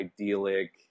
idyllic